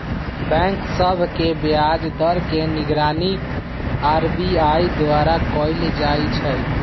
bank सभ के ब्याज दर के निगरानी आर.बी.आई द्वारा कएल जाइ छइ